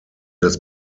des